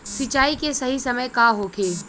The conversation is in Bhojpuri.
सिंचाई के सही समय का होखे?